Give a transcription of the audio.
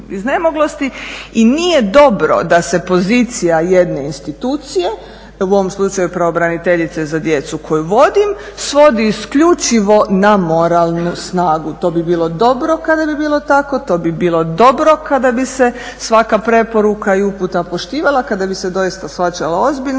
Nije dobro da se pozicija jedne institucije, u ovom slučaju pravobraniteljice za djecu koju vodim, svodi isključivo na moralnu snagu. To bi bilo dobro kada bi bilo tako, to bi bilo dobro kada bi se svaka preporuka i uputa poštivala, kada bi se doista shvaćala ozbiljno.